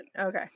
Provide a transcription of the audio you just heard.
Okay